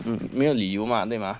嗯没有理由嘛对吗